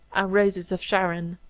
our roses of sharon.